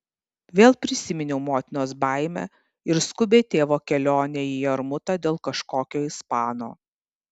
vėl prisiminiau motinos baimę ir skubią tėvo kelionę į jarmutą dėl kažkokio ispano